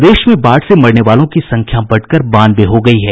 प्रदेश में बाढ़ से मरने वालों की संख्या बढ़कर बानवे हो गयी है